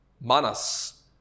manas